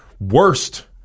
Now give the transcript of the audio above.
worst